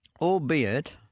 albeit